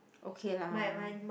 okay lah